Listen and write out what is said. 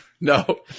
no